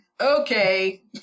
okay